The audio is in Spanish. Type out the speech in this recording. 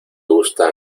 gusta